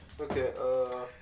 Okay